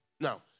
Now